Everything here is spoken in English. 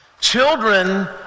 Children